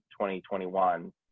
2021